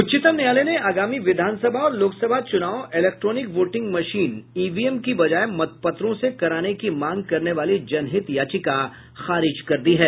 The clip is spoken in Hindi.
उच्चतम न्यायालय ने आगामी विधानसभा और लोकसभा चुनाव इलेक्ट्रॉनिक वोटिंग मशीन ईवीएम की बजाए मतपत्रों से कराने की मांग करने वाली जनहित याचिका खारिज कर दी है